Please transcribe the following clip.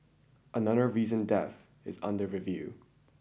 another recent death is under review